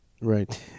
Right